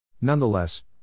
Nonetheless